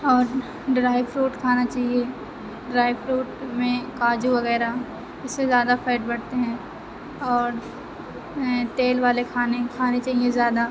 اور dry fruit کھانا چاہیے ڈرائی فروٹ میں کاجو وغیرہ اس سے زیادہ فیٹ بڑھتے ہیں اور تیل والے کھانے کھانے چاہیے زیادہ